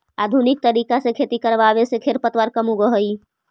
आधुनिक तरीका से खेती करवावे से खेर पतवार कम उगह हई